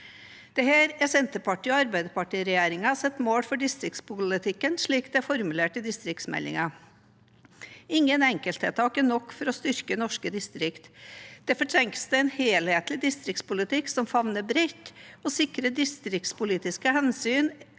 Dette er Arbeiderparti–Senterparti-regjeringens mål for distriktspolitikken, slik det er formulert i distriktsmeldingen. Ingen enkelttiltak er nok for å styrke norske distrikt. Derfor trengs det en helhetlig distriktspolitikk som favner bredt og sikrer at distriktspolitiske hensyn